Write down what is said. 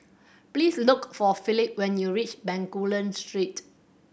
please look for Phillip when you reach Bencoolen Street